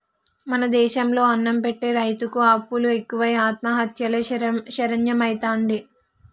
మన దేశం లో అన్నం పెట్టె రైతుకు అప్పులు ఎక్కువై ఆత్మహత్యలే శరణ్యమైతాండే